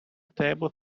table